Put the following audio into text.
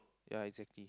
ya exactly